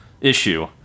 issue